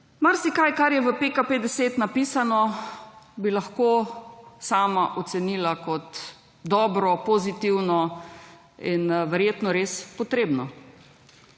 Marsikaj kar je PKP10 napisano bi lahko sama ocenila kot dobro, pozitivno in verjetno res potrebno.